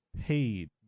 paid